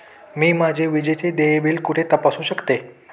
मी माझे विजेचे देय बिल कुठे तपासू शकते?